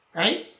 right